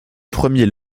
premier